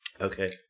Okay